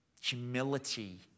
Humility